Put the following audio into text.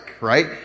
right